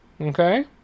Okay